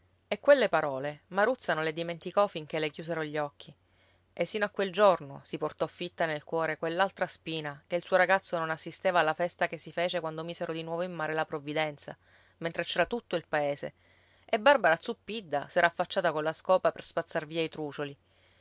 e quelle parole maruzza non le dimenticò finché le chiusero gli occhi e sino a quel giorno si portò fitta nel cuore quell'altra spina che il suo ragazzo non assisteva alla festa che si fece quando misero di nuovo in mare la provvidenza mentre c'era tutto il paese e barbara zuppidda s'era affacciata colla scopa per spazzar via i trucioli